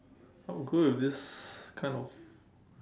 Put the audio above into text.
I will go with this kind of